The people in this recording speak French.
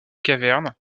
caverne